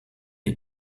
est